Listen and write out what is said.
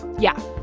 yeah,